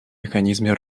механизме